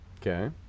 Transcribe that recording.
Okay